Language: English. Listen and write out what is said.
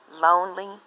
Lonely